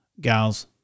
gals